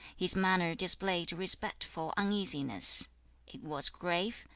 his manner displayed respectful uneasiness it was grave,